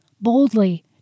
boldly